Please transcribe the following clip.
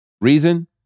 Reason